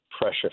pressure